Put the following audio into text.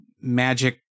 magic